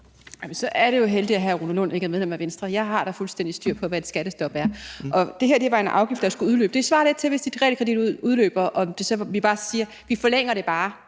Så er det jo heldigt, at hr. Rune Lund ikke er medlem af Venstre. Jeg har da fuldstændig styr på, hvad et skattestop er. Det her var en afgift, der skulle udløbe. Det svarer lidt til, hvis et realkreditlån udløber, og man så siger, at man bare forlænger det, men